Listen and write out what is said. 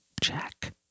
Jack